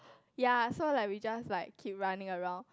yea so like we just like keep running around